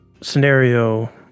scenario